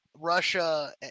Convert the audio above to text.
Russia